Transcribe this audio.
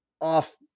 Off